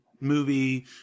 movie